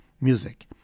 music